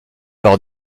par